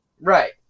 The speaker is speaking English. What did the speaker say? Right